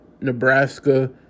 Nebraska